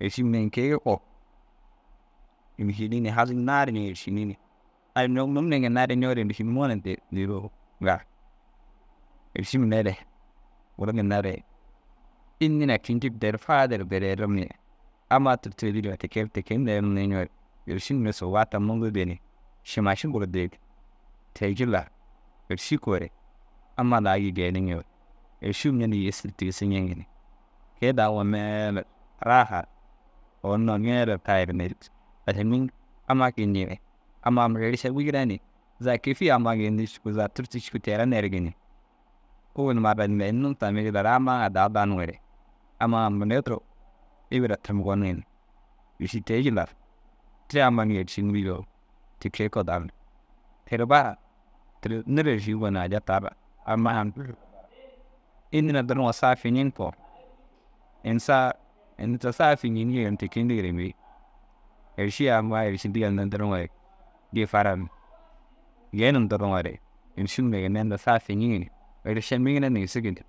êrši mire ini kogo êršini ni halnar ni êršini ni. Ai nuu num nire ginna re êršini moore dêri woo gal. Êrši mire re guru ginna re înni na kinjir dêri faadir der yerim ni amma turtigi jillar yerim te te ke nerig niĩjoore. Êrši mire sûbbata mundu dii, šimaši bur dii. Te jillar êrši koore amma daa gii genig, êršuu mire na yesir tigisiñêŋi ni. Ke daa ŋuu meeler rahar owor numa meeler tayir nerg. Ašam înni amma gii ñii ni amma mire šeguwere ni za kêfiye amma geyindi cikuu za turti cikuu tera nergini ôwel mara in nuum tami jillar amma ŋa daa danuŋore amma mire duro îbira tirim gunuŋ ni. Êrsi te jillar te amma gii êršiniri joo te ke kogo dagir, ter bara toore nirdir êršini gonna aja tar amma înni na dirinŋoo re saa fiñiŋg ko. In saa ini tira saa fiñiŋg dîgire in te kei bêi. « Êrši ai amma i êrši » yindiga inda diriŋoore gii fara genim diriŋoore êrši mire inda ginna saa fiñiŋg ni. Êrišaa migine nigisig ni.